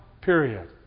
period